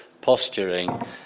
posturing